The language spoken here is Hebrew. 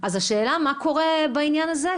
אז השאלה מה קורה בעניין הזה,